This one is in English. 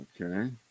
okay